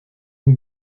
même